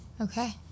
Okay